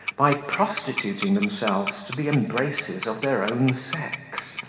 by prostituting themselves to the embraces of their own sex,